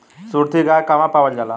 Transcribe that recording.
सुरती गाय कहवा पावल जाला?